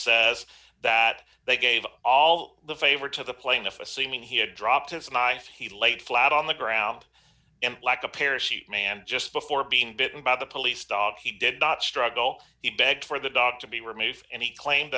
says that they gave all the favor to the plaintiff assuming he had dropped his knife he laid flat on the ground and like a parachute man just before being bitten by the police dog he did not struggle he begged for the dog to be removed and he claimed